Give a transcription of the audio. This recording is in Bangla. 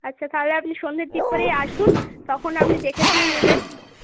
আচ্ছা তাহলে আপনি সন্ধ্যের দিক করেই আসুন তখন আপনি দেখেশুনে নেবেন